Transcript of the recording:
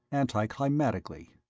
anticlimatically.